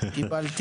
הדיון.